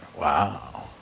Wow